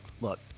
look